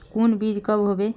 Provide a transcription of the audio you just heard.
कुंडा बीज कब होबे?